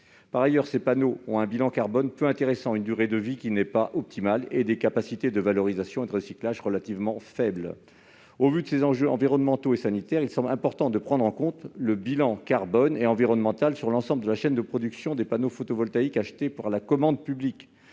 Par ailleurs, ces panneaux ont un bilan carbone peu intéressant, une durée de vie qui n'est pas optimale et des capacités de valorisation et de recyclage relativement faibles. Au vu de ces enjeux environnementaux et sanitaires, il semble important de prendre en compte le bilan carbone et environnemental sur l'ensemble de la chaîne de production des panneaux photovoltaïques achetés par la commande publique.